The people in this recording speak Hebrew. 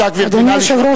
אדוני היושב-ראש,